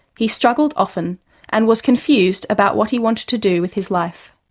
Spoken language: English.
he struggled often and was confused about what he wanted to do with his life.